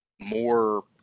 more